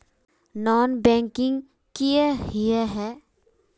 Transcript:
Non banking किए हिये है?